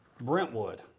Brentwood